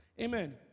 Amen